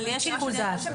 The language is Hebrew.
אבל יש שיקול דעת.